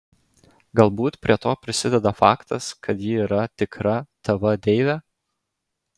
galbūt prie to prisideda faktas kad ji yra tikra tv deivė